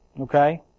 okay